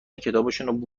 کتابشونو